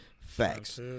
Facts